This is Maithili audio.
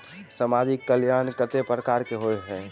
सामाजिक कल्याण केट प्रकार केँ होइ है?